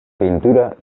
pintura